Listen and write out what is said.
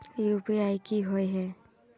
UPI की होय है?